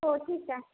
हो ठीक आहे